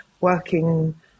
working